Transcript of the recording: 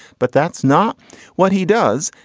but that's not what he does.